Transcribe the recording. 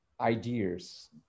ideas